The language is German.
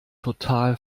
total